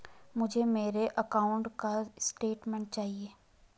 मुझे मेरे अकाउंट का स्टेटमेंट चाहिए?